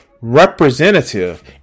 representative